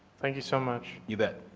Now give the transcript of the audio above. thank you so much. you bet.